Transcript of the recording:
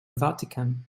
vatican